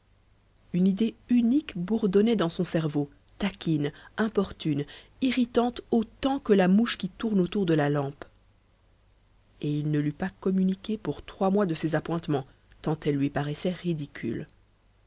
une idée unique bourdonnait dans son cerveau taquine importune irritante autant que la mouche qui tourne autour de la lampe et il ne l'eût pas communiquée pour trois mois de ses appointements tant elle lui paraissait ridicule